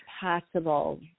possible